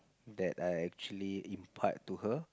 that I actually impart to her